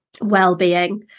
well-being